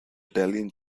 italian